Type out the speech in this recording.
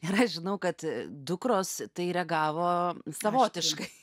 ir aš žinau kad dukros tai reagavo savotiškai